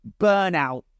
burnout